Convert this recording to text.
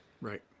Right